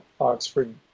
Oxford